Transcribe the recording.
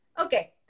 okay